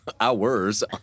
hours